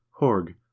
Horg